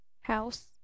house